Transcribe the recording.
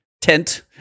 tent